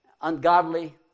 Ungodly